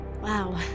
Wow